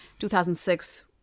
2006